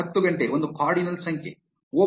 ಹತ್ತು ಗಂಟೆ ಒಂದು ಕಾರ್ಡಿನಲ್ ಸಂಖ್ಯೆ